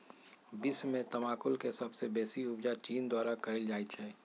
विश्व में तमाकुल के सबसे बेसी उपजा चीन द्वारा कयल जाइ छै